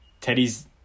Teddy's